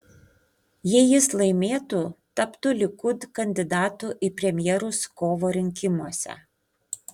jei jis laimėtų taptų likud kandidatu į premjerus kovo rinkimuose